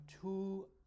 two